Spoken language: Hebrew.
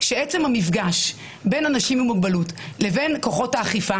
שעצם המפגש בין אנשים עם מוגבלות לבין כוחות האכיפה